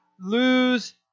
lose